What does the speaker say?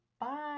bye